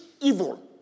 evil